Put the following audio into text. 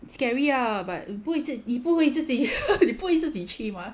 scary ah but 你不会你不会自己 你不会自己去吗